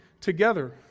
together